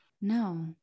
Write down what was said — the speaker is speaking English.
No